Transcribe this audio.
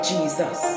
Jesus